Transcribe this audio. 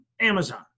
Amazon